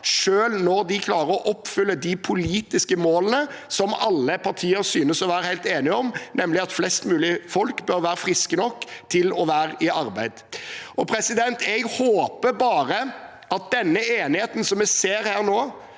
selv når de klarer å oppfylle de politiske målene som alle partier synes å være helt enige om, nemlig at flest mulig folk bør være friske nok til å være i arbeid. Jeg håper at den enigheten vi ser nå